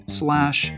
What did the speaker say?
slash